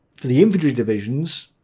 the infantry divisions.